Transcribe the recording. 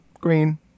green